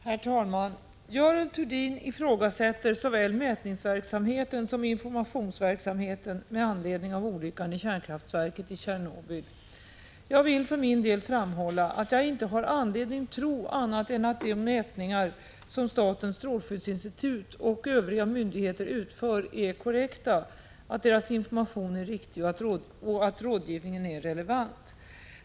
Herr talman! Görel Thurdin ifrågasätter såväl mätningsverksamheten som informationsverksamheten med anledning av olyckan i kärnkraftverket i Tjernobyl. Jag vill för min del framhålla att jag inte har anledning att tro någonting annat än att de mätningar som statens strålskyddsinstitut och övriga myndigheter utför är korrekta, att deras information är riktig och att rådgivningen är relevant.